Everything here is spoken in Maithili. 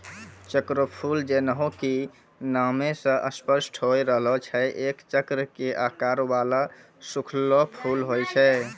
चक्रफूल जैन्हों कि नामै स स्पष्ट होय रहलो छै एक चक्र के आकार वाला सूखलो फूल होय छै